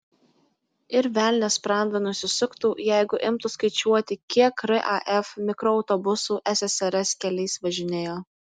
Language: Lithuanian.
ir velnias sprandą nusisuktų jeigu imtų skaičiuoti kiek raf mikroautobusų ssrs keliais važinėjo